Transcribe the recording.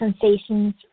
sensations